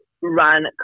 run